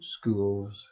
schools